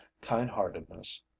kind-heartedness